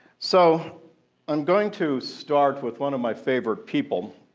so i'm going to start with one of my favorite people,